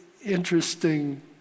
interesting